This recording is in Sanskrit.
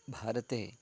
भारते